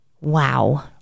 Wow